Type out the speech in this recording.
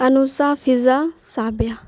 Anusha Fiza Sabiya